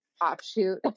offshoot